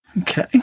Okay